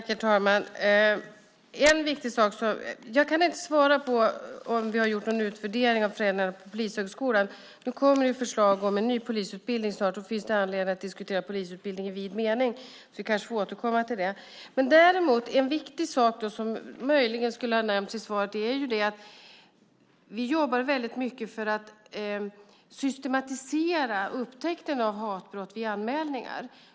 Herr talman! Jag kan inte svara på om vi har gjort någon utvärdering av förändringarna på Polishögskolan. Det kommer snart ett förslag om en ny polisutbildning och då finns det anledning att diskutera polisutbildning i vid mening så vi kanske får återkomma till det. En viktig sak som möjligen skulle ha nämnts i svaret är att vi jobbar mycket för att systematisera upptäckten av hatbrott vid anmälningar.